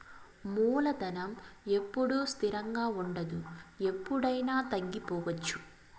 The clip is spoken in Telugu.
మూలధనం ఎప్పుడూ స్థిరంగా ఉండదు ఎప్పుడయినా తగ్గిపోవచ్చు